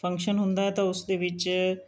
function ਹੁੰਦਾ ਹੈ ਤਾਂ ਉਸ ਦੇ ਵਿੱਚ